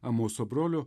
amoso brolio